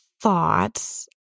thoughts